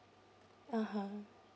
(uh huh)